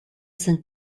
sind